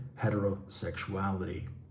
heterosexuality